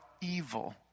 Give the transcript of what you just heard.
evil